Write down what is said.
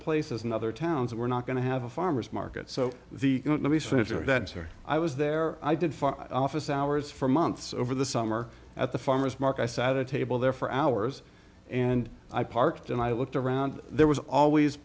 places in other towns and we're not going to have a farmer's market so the let me senator that is here i was there i did for office hours for months over the summer at the farmers market i sat at a table there for hours and i parked and i looked around there was always